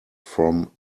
from